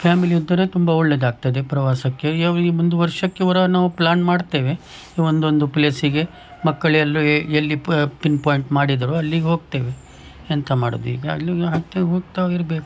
family ಇದ್ದರೆ ತುಂಬ ಒಳ್ಳೇದಾಗ್ತದೆ ಪ್ರವಾಸಕ್ಕೆ ಯಾವ ಈ ಒಂದು ವರ್ಷಕ್ಕೆ ವರಾ ನಾವು ಪ್ಲಾನ್ ಮಾಡ್ತೇವೆ ಒಂದೊಂದು ಪ್ಲೇಸಿಗೆ ಮಕ್ಕಳೆಲ್ಲ ಎಲ್ಲಿ ಪಿನ್ ಪಾಯಿಂಟ್ ಮಾಡಿದರು ಅಲ್ಲಿಗೆ ಹೋಗ್ತೇವೆ ಎಂಥ ಮಾಡೋದ್ ಈಗ ಅಲ್ಲಿಗೆ ಹೋಗ್ತಾ ಇರ್ಬೇಕು